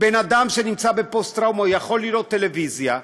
בן אדם שנמצא בפוסט-טראומה יכול לראות טלוויזיה,